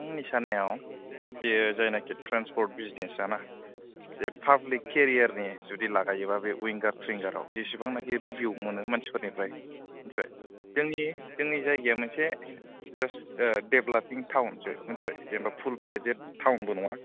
आंनि साननायाव बियो जायनाखि ट्रानस्पर्ट बिजनेसआना बे पाब्लिक केरियारनि जुदि लागायोब्ला बे विंगार टिंगाराव जेसेबांनाखि रिभिउ मोनो मानसिफोरनिफ्राय मिनथिबाय जोंनि जोंनि जायगाया मोनसे जास्ट देभ्लापिं टाउनसो मिन्थिबाय फुल फ्लेजेड टाउनबो नङा